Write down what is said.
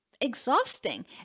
exhausting